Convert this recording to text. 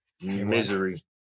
misery